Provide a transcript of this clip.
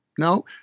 No